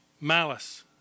malice